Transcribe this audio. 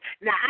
Now